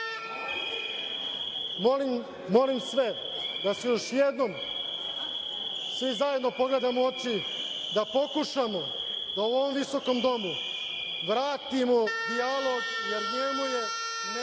molim sve da se još jednom svi zajedno pogledamo u oči, da pokušamo da ovom visokom domu vratimo dijalog, jer njemu je mesto